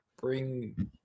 bring